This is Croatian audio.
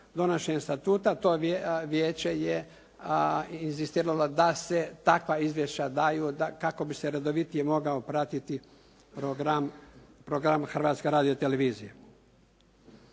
donošenjem Statuta to vijeće je inizistiralo da se takva izvješća daju kako bi se redovitije mogao pratiti program Hrvatske radio televizije.